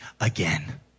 again